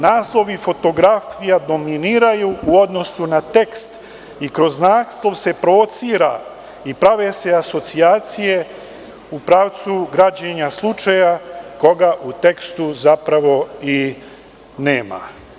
Naslovi fotografija dominiraju u odnosu na tekst i kroz naslov se provocira i prave se asocijacije u pravcu građenja slučaja koga u tekstu zapravo i nema.